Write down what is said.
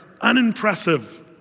unimpressive